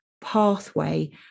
pathway